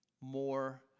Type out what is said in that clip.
more